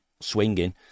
swinging